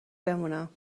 بمونم